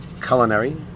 culinary